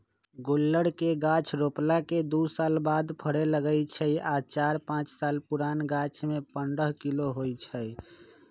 गुल्लर के गाछ रोपला के दू साल बाद फरे लगैए छइ आ चार पाच साल पुरान गाछमें पंडह किलो होइ छइ